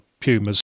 pumas